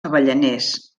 avellaners